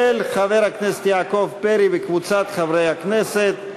של חבר הכנסת יעקב פרי וקבוצת חברי הכנסת.